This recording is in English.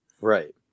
Right